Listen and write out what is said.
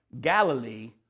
Galilee